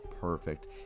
perfect